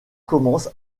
commence